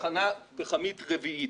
תחנה פחמית רביעית.